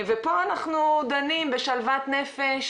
ופה אנחנו דנים בשלוות נפש